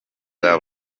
bwa